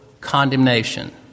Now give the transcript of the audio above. condemnation